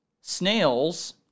snails